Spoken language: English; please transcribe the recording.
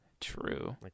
True